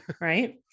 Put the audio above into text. Right